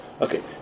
Okay